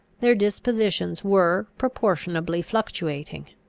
their dispositions were proportionably fluctuating.